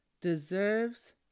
deserves